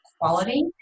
quality